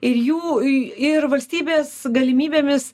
ir jų ir valstybės galimybėmis